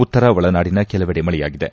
ಉತ್ತರ ಒಳನಾಡಿನ ಕೆಲವೆಡೆ ಮಳೆಯಾಗಿದೆ